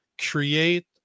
create